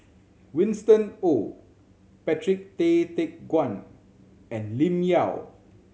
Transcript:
Winston Oh Patrick Tay Teck Guan and Lim Yau